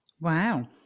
wow